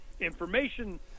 information